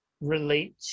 relate